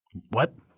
what?